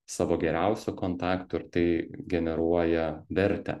savo geriausių kontaktų ir tai generuoja vertę